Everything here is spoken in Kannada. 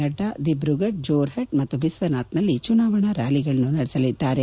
ನಡ್ಗಾ ದಿಬ್ರುಗಡ್ ಜೋರ್ಹಟ್ ಮತ್ತು ಬಿಸ್ತನಾಥ್ನಲ್ಲಿ ಚುನಾವಣಾ ರ್ನಾಲಿಗಳನ್ನು ನಡೆಸಲಿದ್ದಾರೆ